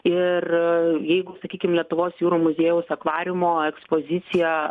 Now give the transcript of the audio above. ir jeigu sakykim lietuvos jūrų muziejaus akvariumo ekspozicija